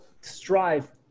strive